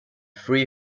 free